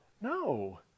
no